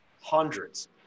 hundreds